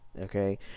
okay